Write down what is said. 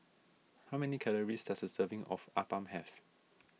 how many calories does a serving of Appam have